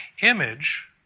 image